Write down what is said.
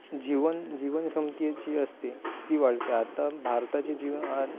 जीवन जीवन क्षमता जी असते ती वाढते आता भारताची जीव